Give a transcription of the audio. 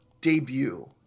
debut